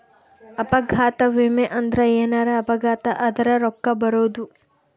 ಅಪಘಾತ ವಿಮೆ ಅಂದ್ರ ಎನಾರ ಅಪಘಾತ ಆದರ ರೂಕ್ಕ ಬರೋದು